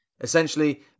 Essentially